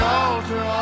altar